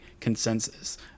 consensus